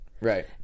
Right